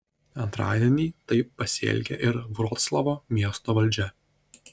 antradienį taip pasielgė ir vroclavo miesto valdžia